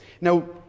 Now